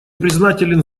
признателен